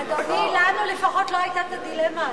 אדוני, לנו לפחות לא היתה הדילמה הזאת.